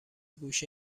گوشه